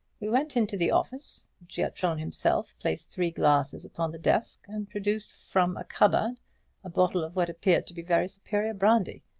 we went into the office giatron himself placed three glasses upon the desk and produced from a cupboard a bottle of what appeared to be very superior brandy.